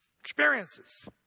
experiences